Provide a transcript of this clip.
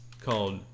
called